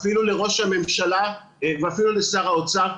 אפילו לראש הממשלה ואפילו לשר האוצר,